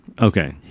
okay